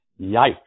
yikes